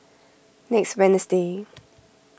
next Wednesday